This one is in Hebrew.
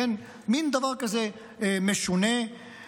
מין דבר כזה משונה,